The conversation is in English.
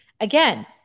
Again